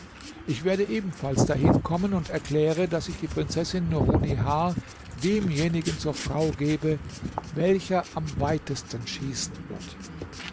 ich werde ebenfalls dahinkommen und erkläre daß ich die prinzessin nurunnihar demjenigen zur frau gebe welcher am weitesten schießen wird